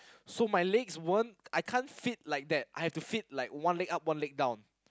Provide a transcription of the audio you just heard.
so my legs weren't I can't fit like that I have to fit like one leg up one leg down